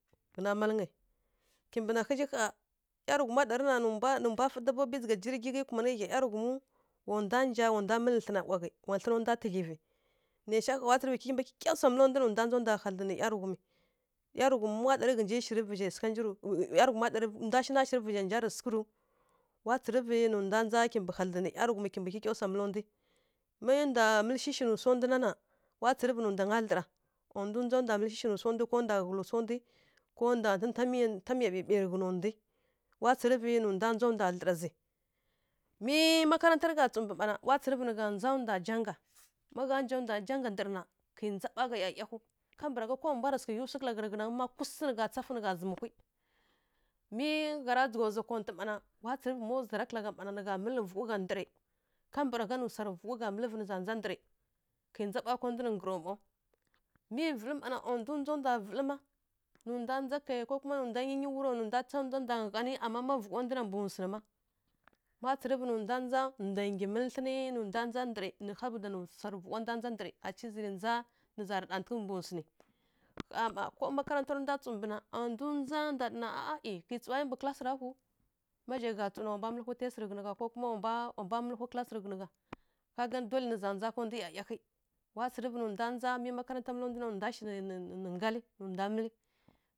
Khǝnǝn mǝlgyǝ kimɓǝ nǝ ghǝzǝ hya wa ˈyaraghum ɗara na nǝ mbwa fǝyǝ dabobi jǝgha girgǝ ndǝ kuma mǝ hyǝ kuma na ghyi ˈyaraghum wa na mǝl tlǝn na waghǝ wa tlǝn nda tǝghǝvǝ kimɓǝ kikya swa mǝl nda na wa tsǝrǝvǝ nǝ nda hadlǝn nǝ ˈyaraghum wa ˈyaraghum ɗara ghǝnji shǝrǝ vushǝ vushǝ yǝ sǝghǝ nja rǝw wa tsǝrǝvǝ nǝ nda nja nǝ hadlǝn nǝ ˈyaraghum mǝ nda mǝl shǝshǝ nǝ su nda na na wa tsǝrǝvǝ nǝ ndanga tlǝr a nda nja nda mǝl shǝshǝ nǝ su nda ko nda tǝta miya bǝyǝ tǝ ghǝna ko ndǝ tagha gisi tǝ ghǝnǝ ndǝ nja tlǝr mǝ makarata ri gha tsu mɓǝ mma na wa tsǝrǝvǝ nǝ gha nja nda jaga kǝ ja ɓa gha iyayaghǝw kwisi nǝ gha tsafǝ nǝ gha zǝm wuyi mǝ gha ra jigha zǝyǝ kudyǝ nǝ gha mǝl vugha ndǝr kabargha nǝ swari vugha mǝlvǝ nǝ zǝ nja ndǝr kǝ nja mba mbwa nǝ nggarǝw mǝ vǝli ma na a ndǝ nja kǝyǝ ko nǝ nda nja kǝyǝ nǝ tsǝm mbwa nggana ma ma vugha nda na mɓǝ suin ma wa tsǝrǝvǝ nǝ nja nda gyi mǝl tlǝnǝ a nda nja nda vǝlima saobda nǝ swa ri vugha nda nja ndǝr ka baragha nǝ za ri ɗatǝvǝ mɓǝ suin a ndǝ kǝ tsu wayǝ mɓǝ class tǝrghǝw ntuw wǝ mbwǝ mǝl wuyǝ test tǝ hyi nǝ gha ko wa mbwa mǝl wuyi class tǝ hyi nǝ gha dole nǝ za nja nda iyayaghǝ wa tsǝrǝvǝ miyǝ makarata na mǝl ndǝ na nda shǝ nǝ ghali